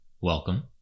Welcome